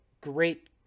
great